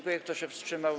Kto się wstrzymał?